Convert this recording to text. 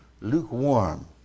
lukewarm